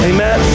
Amen